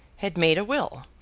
had made a will,